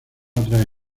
otras